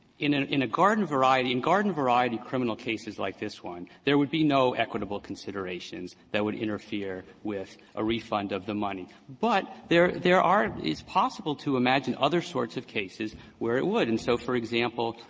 in a in a garden variety in garden variety criminal cases like this one, there would be no equitable considerations that would interfere with a refund of the money. but there there are it's possible to imagine other sorts of cases where it would. and so, for example,